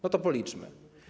No to policzmy.